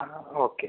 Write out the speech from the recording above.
ആ ഓക്കെ